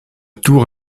tour